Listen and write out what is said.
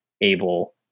able